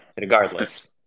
regardless